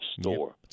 store